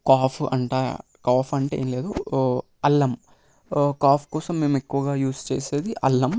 cough అంటే cough అంటే ఏంలేదు అల్లం కాఫ్ కోసం మేము ఎక్కువగా యూజ్ చేసేది అల్లం